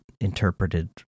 interpreted